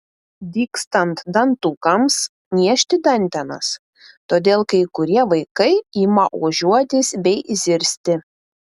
dygstant dantukams niežti dantenas todėl kai kurie vaikai ima ožiuotis bei zirzti